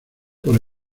por